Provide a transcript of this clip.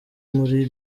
muri